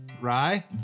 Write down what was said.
Rye